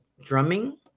Drumming